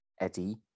Eddie